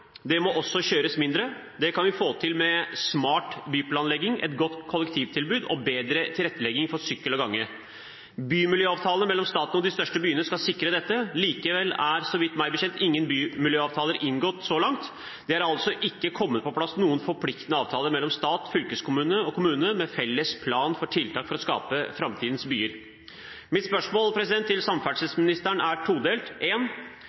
det må også kjøres mindre. Det kan vi få til med smart byplanlegging, et godt kollektivtilbud og bedre tilrettelegging for sykkel og gange. Bymiljøavtaler mellom staten og de største byene skal sikre dette. Likevel er – meg bekjent – ingen bymiljøavtaler inngått så langt. Det er altså ikke kommet på plass noen forpliktende avtaler mellom stat, fylkeskommune og kommune med felles plan for tiltak for å skape framtidens byer. Mitt spørsmål til samferdselsministeren er todelt: